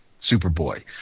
Superboy